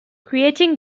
creating